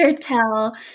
tell